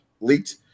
leaked